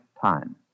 time